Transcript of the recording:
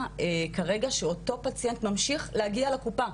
כרגע שאותו פציינט ממשיך להגיע לקופה.